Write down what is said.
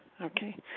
Okay